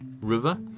river